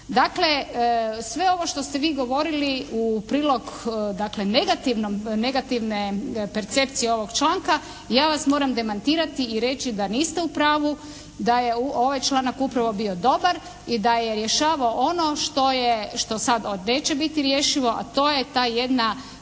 Dakle, sve ovo što ste vi govorili u prilog dakle negativne percepcije ovog članka ja vas moram demantirati i reći da niste u pravu, da je ovaj članak upravo bio dobar i da je rješavao ono što sada neće biti rješivo a to je ta jedna